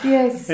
Yes